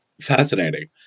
Fascinating